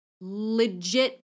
legit